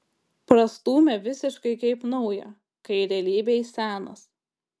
prastūmė visiškai kaip naują kai realybėj senas